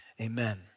amen